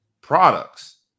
products